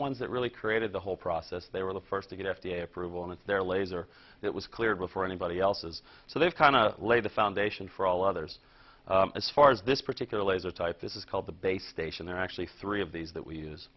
ones that really created the whole process they were the first to get f d a approval and it's their laser that was clear before anybody else is so they've kind of lay the foundation for all others as far as this particular laser type this is called the base station there are actually three of these that we use